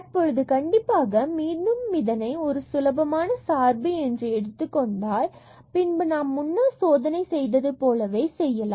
தற்பொழுது கண்டிப்பாக மீண்டும் இதனை ஒரு சுலபமான சார்பு என்று எடுத்துக்கொண்டால் பின்பு நாம் முன்னர் சோதனை செய்தது போலவே செய்யலாம்